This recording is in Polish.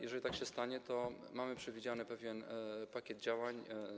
Jeżeli tak się stanie, to mamy przewidziany pewien pakiet działań.